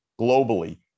globally